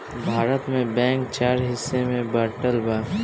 भारत में बैंक चार हिस्सा में बाटल बा